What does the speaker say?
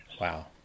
Wow